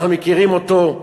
אנחנו מכירים אותו,